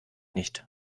nicht